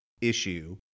issue